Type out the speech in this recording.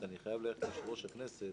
אני חייב ללכת ליושב-ראש הכנסת,